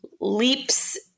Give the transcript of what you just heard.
leaps